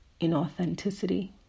inauthenticity